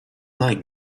light